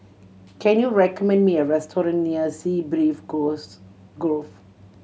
can you recommend me a restaurant near Sea Breeze Groves Gove